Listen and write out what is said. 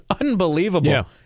unbelievable